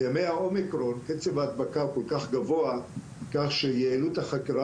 בימי האומיקרון קצב ההדבקה הוא כל כך גבוה כך שיעילות החקירה